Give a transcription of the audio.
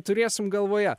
turėsim galvoje